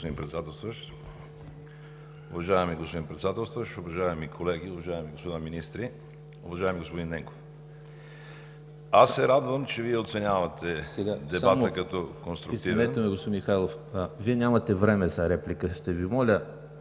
Вие нямате време за реплика. Ще Ви моля,